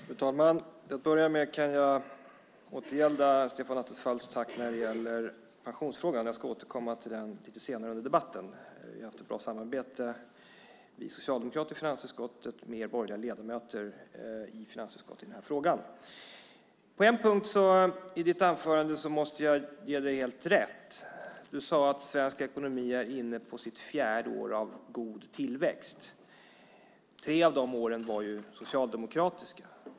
Fru talman! Till att börja med kan jag återgälda Stefan Attefalls tack när det gäller pensionsfrågan. Jag ska återkomma till den lite senare i debatten. Vi har haft ett bra samarbete mellan oss socialdemokrater och de borgerliga ledamöterna i finansutskottet i frågan. På en punkt i ditt anförande måste jag ge dig helt rätt, Stefan Attefall. Du sade att svensk ekonomi är inne på sitt fjärde år av god tillväxt. Tre av de åren var socialdemokratiska.